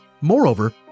Moreover